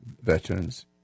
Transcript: veterans